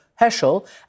Heschel